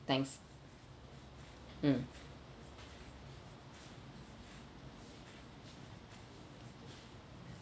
thanks mm